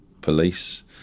police